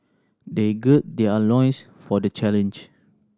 they gird their loins for the challenge